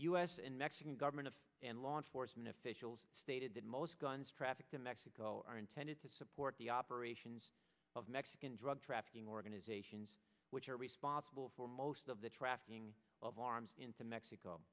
and mexican government of and law enforcement officials stated that most guns trafficked in mexico are intended to support the operations of mexican drug trafficking organizations which are responsible for most of the trafficking of arms into mexico